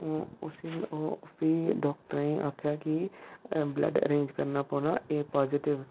ओह् उसी ओह् फ्ही डॉक्टरें आखेआ कि बल्ड अरेंज करना पौना ए पाजिटव